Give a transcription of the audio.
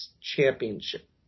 championship